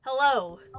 Hello